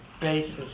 basis